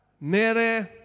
Mary